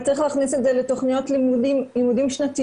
אבל צריך להכניס את זה בתכניות לימודים שנתיות.